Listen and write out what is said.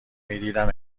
میدیدم